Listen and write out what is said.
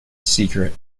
secret